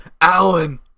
alan